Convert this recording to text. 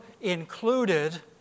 included